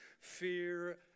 fear